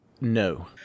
No